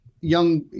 young